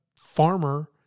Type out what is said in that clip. farmer